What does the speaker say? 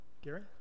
Gary